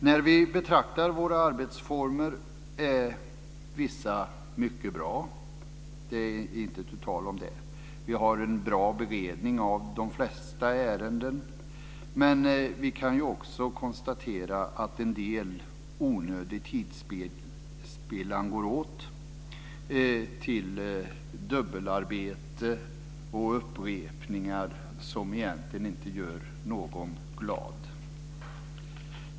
När vi betraktar våra arbetsformer finner vi att vissa är mycket bra, det är inte tu tal om det. Vi har en bra beredning av de flesta ärenden. Men vi kan också konstatera att en del onödig tidsspillan går till dubbelarbete och upprepningar som egentligen inte gör någon glad.